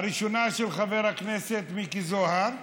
הראשונה, של חבר הכנסת מיקי זוהר,